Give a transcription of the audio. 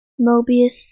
Mobius